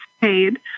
paid